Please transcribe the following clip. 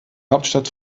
hauptstadt